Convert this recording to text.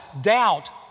doubt